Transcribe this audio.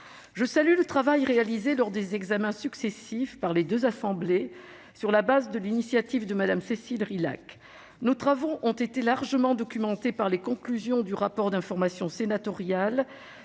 Je salue le travail réalisé lors des lectures successives par les deux assemblées à partir de l'initiative de Mme Cécile Rilhac. Nos travaux ont été largement documentés par les conclusions du rapport d'information sénatorial